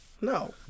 No